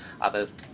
others